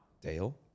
Dale